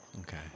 Okay